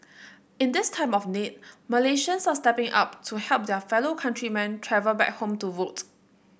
in this time of need Malaysians are stepping up to help their fellow countrymen travel back home to vote